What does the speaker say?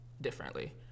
Differently